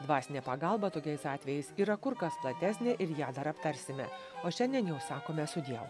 dvasinė pagalba tokiais atvejais yra kur kas platesnė ir ją dar aptarsime o šiandien jau sakome sudievu